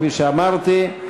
כפי שאמרתי,